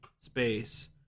space